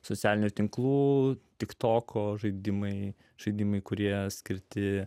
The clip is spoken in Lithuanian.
socialinių tinklų tik to ko žaidimai žaidimai kurie skirti